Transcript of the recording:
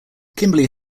kimberly